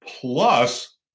plus